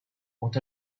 what